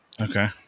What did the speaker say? Okay